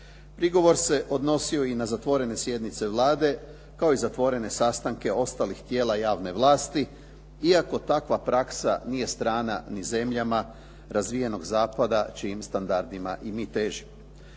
Prigovor se odnosio i na zatvorene sjednice Vlade, kao i zatvorene sastanke ostalih tijela javne vlasti, iako takva praksa nije strana ni zemljama razvijenog zapada čijim standardima i mi težimo.